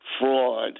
fraud